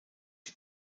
die